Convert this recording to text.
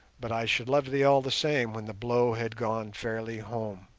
but i should love thee all the same when the blow had gone fairly home.